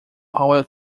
powell